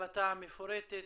החלטה מפורטת,